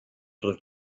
tot